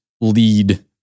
lead